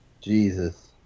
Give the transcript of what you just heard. Jesus